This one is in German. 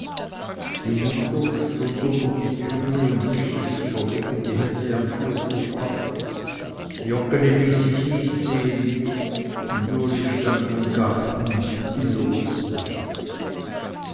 die mutter stund unter die türe und wischte sich verlegen die hände am fürtuch ab joggeli ließ sich nicht sehen und uli stand im garten wie loths weib